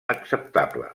acceptable